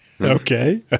Okay